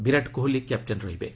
ବିରାଟ Kohli captain ରହିବେ